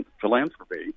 philanthropy